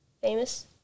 Famous